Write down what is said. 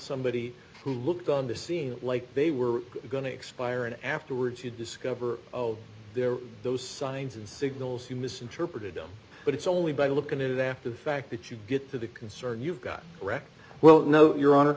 somebody who looked on the scene like they were going to expire and afterwards you discover oh there are those signs and signals you misinterpreted them but it's only by looking at it after the fact that you get to the concern you've got correct well no your honor